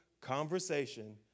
conversation